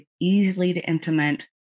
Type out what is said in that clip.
easily-to-implement